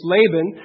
Laban